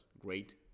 great